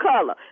color